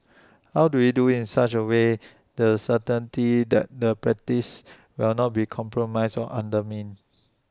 how do we do IT such away the certainty that the practices will not be compromised or undermined